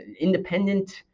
independent